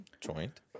joint